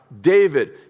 David